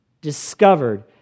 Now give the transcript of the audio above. Discovered